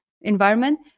environment